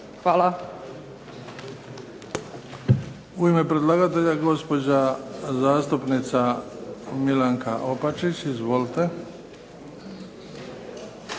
Hvala.